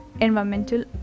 environmental